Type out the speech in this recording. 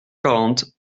quarante